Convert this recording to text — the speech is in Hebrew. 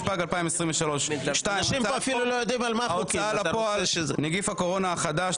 התשפ"ג-2023; 2. הצעת חוק ההוצאה לפועל (נגיף הקורונה החדש,